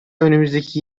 önümüzdeki